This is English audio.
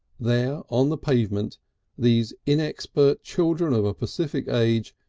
there on the pavement these inexpert children of a pacific age,